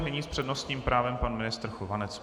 Nyní s přednostním právem pan ministr Chovanec.